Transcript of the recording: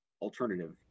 alternative